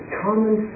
common